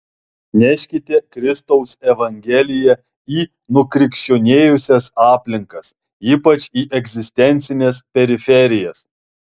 neškite kristaus evangeliją į nukrikščionėjusias aplinkas ypač į egzistencines periferijas